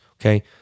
Okay